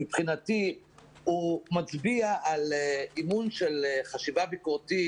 מבחינתי הוא מצביע על אימון של חשיבה ביקורתית